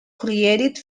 created